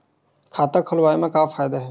खाता खोलवाए मा का फायदा हे